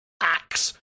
axe